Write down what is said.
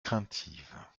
craintive